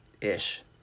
ish